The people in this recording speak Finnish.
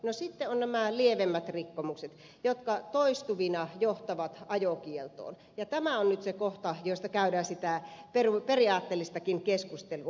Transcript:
sitten ovat nämä lievemmät rikkomukset jotka toistuvina johtavat ajokieltoon ja tämä on nyt se kohta josta käydään sitä periaatteellistakin keskustelua